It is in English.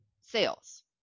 sales